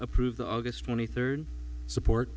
approve the august twenty third support